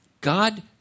God